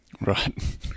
Right